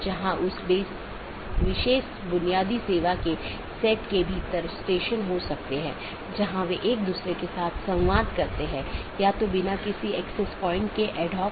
यहाँ दो प्रकार के पड़ोसी हो सकते हैं एक ऑटॉनमस सिस्टमों के भीतर के पड़ोसी और दूसरा ऑटॉनमस सिस्टमों के पड़ोसी